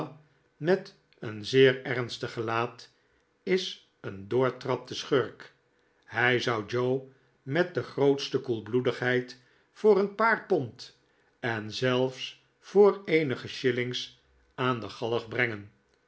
met een zeer ernstig gelaat is een doortrapte schurk hij zou joe met de grootste koelbloedigheid voor een paar pond en zelfs voor eenige shillings aan de galg brengen